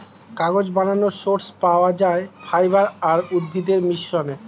কাগজ বানানোর সোর্স পাওয়া যায় ফাইবার আর উদ্ভিদের মিশ্রণে